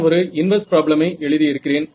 நான் ஒரு இன்வர்ஸ் பிராப்ளமை எழுதி இருக்கிறேன்